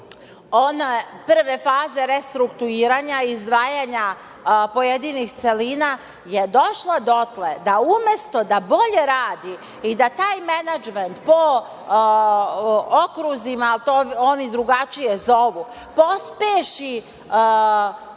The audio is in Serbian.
one prve faze restrukturiranja i izdvajanja pojedinih celina, je došla dotle da umesto da bolje radi i da taj menadžment po okruzima, to oni drugačije zovu, pospeši